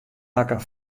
makke